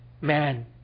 man